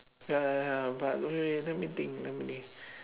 ya ya ya but wait wait let me think let me think